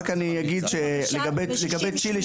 אני רק אגיד לגבי צ'ילה,